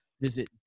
visit